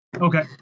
Okay